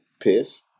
piss